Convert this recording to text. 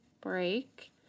break